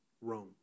Rome